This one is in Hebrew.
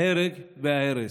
ההרג וההרס.